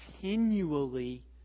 continually